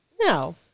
No